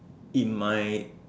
in my